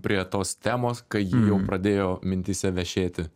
prie tos temos kai ji jau pradėjo mintyse vešėti